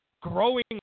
growing